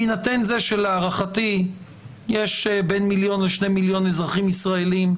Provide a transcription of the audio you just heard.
בהינתן זה שלהערכתי יש בין מיליון לשני מיליון אזרחים ישראליים,